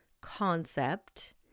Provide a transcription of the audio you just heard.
concept